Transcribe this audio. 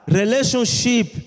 relationship